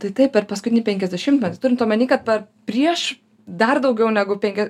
tai taip per paskutinį penkiasdešimtmetį turint omeny kad per prieš dar daugiau negu penkia